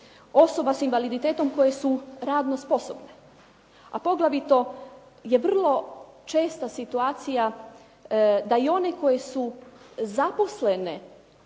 Osoba sa invaliditetom koje su radno sposobne. A poglavito je vrlo česta situacija da i one koje su zaposlene